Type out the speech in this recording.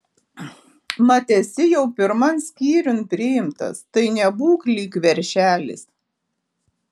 mat esi jau pirman skyriun priimtas tai nebūk lyg veršelis